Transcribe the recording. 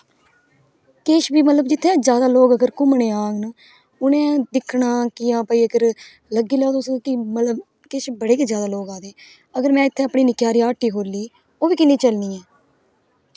किश बी मतलब जित्थै ज्यादा लोक जित्थै घूमन गी आंदे ना उन्हेगी दिक्खना कि भाई अगर दिक्खी लैओ अगर तुस किश बडे़ गै ज्यादा लोक आएदे अगर में इत्थै अपनी निक्की सारी हट्टी खुल्ली ओह्बी किन्नी चलनी ऐ